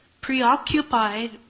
preoccupied